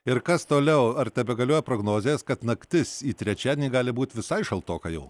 ir kas toliau ar tebegalioja prognozės kad naktis į trečiadienį gali būti visai šaltoka jau